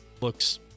looks